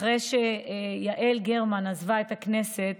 אחרי שיעל גרמן עזבה את הכנסת